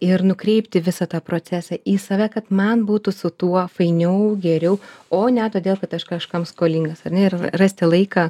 ir nukreipti visą tą procesą į save kad man būtų su tuo fainiau geriau o ne todėl kad aš kažkam skolingas ar ne ir ra rasti laiką